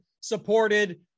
supported